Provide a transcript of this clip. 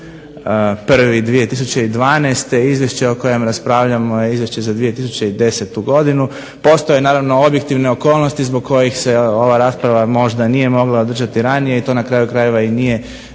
26.01.2012., izvješće o kojem raspravljamo je Izvješće za 2010. godinu. Postoje naravno objektivne okolnosti zbog kojih se ova rasprava možda nije mogla održati ranije i to na kraju krajeva i nije